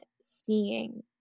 seeing